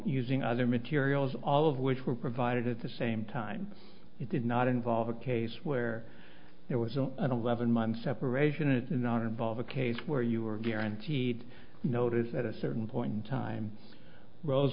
using other materials all of which were provided at the same time it did not involve a case where it was an eleven month separation and not involve a case where you were guaranteed notice at a certain point in time ro